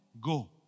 go